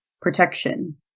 protection